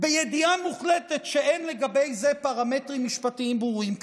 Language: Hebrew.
בידיעה מוחלטת שאין לגבי זה פרמטרים משפטיים ברורים?